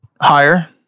Higher